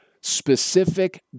specific